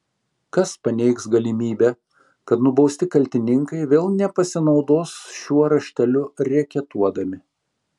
kas paneigs galimybę kad nubausti kaltininkai vėl nepasinaudos šiuo rašteliu reketuodami